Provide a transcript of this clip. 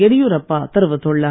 எடியூரப்பா தெரிவித்துள்ளார்